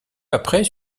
après